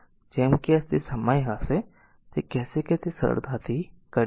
તેથી જેમ કે તે સમય હશે તે કહેશે કે તે સરળતાથી કરી શકે છે